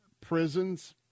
prisons